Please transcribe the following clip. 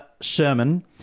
Sherman